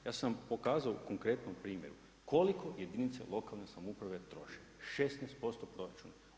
Ja sam pokazao u konkretnom primjeru koliko jedinice lokalne samouprave troše, 16% proračuna.